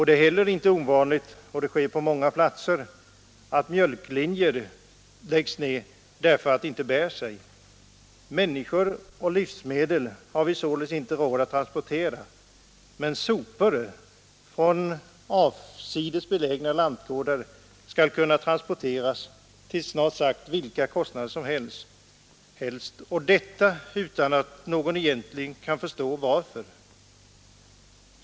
Det är heller inte ovanligt — det sker på många platser — att mjölklinjer dras in därför att de inte bär sig. Människor och livsmedel har vi således inte råd att transportera, men sopor från avsides belägna lantgårdar skall kunna transporteras till snart sagt vilka kostnader som helst — detta utan att någon egentligen kan förstå varför.